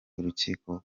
urukiko